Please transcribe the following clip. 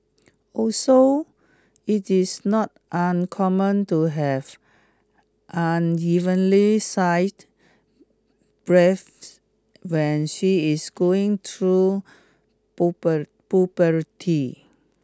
also it is not uncommon to have unevenly sight breath when she is going through puberty